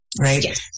right